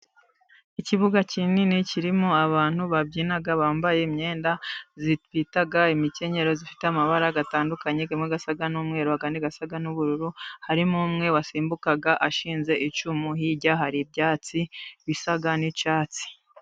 Ikibuga kinini kirimo abantu babyina bambaye imyenda yitwa imikenyerero, ifite amabara atandukanye amwe asa n'umweru, ayandi asa n'ubururu, harimo umwe usimbuka ashinze icumu, hirya hari ibyatsi bisa n'icyatsi.